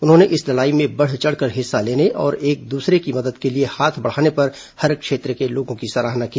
उन्होंने इस लड़ाई में बढ़ चढ़कर हिस्सा लेने और एक दूसरे की मदद के लिए हाथ बढ़ाने पर हर क्षेत्र के लोगों की सराहना की